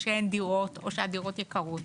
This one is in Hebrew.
שאין דירות או שהדירות יקרות,